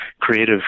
creative